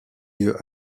lieu